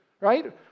right